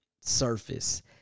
surface